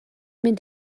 mynd